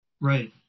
Right